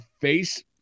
face